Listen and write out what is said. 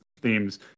themes